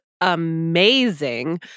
amazing